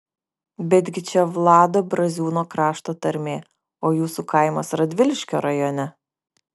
betgi čia vlado braziūno krašto tarmė o jūsų kaimas radviliškio rajone